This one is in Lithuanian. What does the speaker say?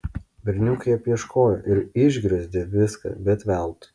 berniukai apieškojo ir išgriozdė viską bet veltui